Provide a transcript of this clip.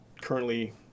currently